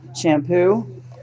shampoo